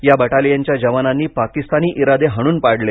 या बटालियनच्या जवानांनी पाकीस्तानी इरादे हाणून पाडले